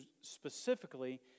specifically